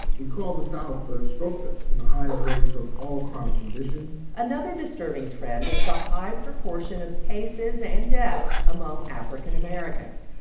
we call the south the stroke belt you know, higher rates of all chronic conditions another disturbing trend is the high proportion of cases and deaths among african americans.